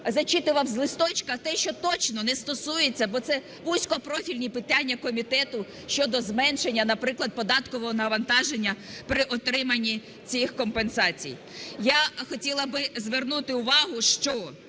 зачитував з листочка те, що точно не стосується, бо це вузькопрофільні питання комітету, щодо зменшення, наприклад, податкового навантаження при отриманні цих компенсацій. Я хотіла би звернути увагу, що